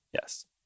Yes